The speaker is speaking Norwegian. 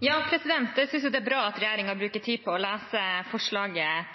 Jeg synes det er bra at regjeringen bruker tid på å lese forslaget